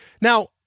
Now